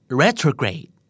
retrograde